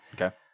Okay